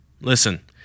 Listen